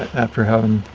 after having a